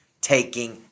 taking